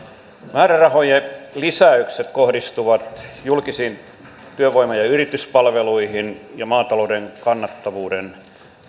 määrärahojen lisäykset kohdistuvat julkisiin työvoima ja ja yrityspalveluihin ja maatalouden kannattavuuden